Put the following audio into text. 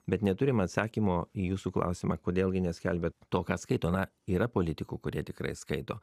bet neturim atsakymo į jūsų klausimą kodėl gi neskelbia to ką skaito na yra politikų kurie tikrai skaito